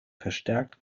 verstärkt